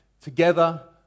together